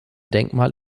denkmal